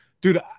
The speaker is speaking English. Dude